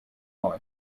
neu